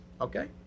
okay